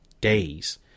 days